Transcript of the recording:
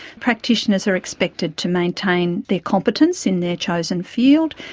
practitioners are expected to maintain their competence in their chosen field,